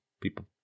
people